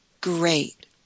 great